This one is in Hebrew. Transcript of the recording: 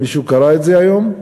מישהו קרא את זה היום?